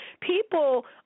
people